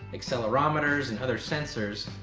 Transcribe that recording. accelerometers, and other sensors,